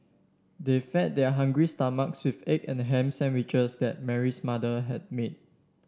they fed their hungry stomachs with egg and ham sandwiches that Mary's mother had made